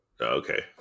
Okay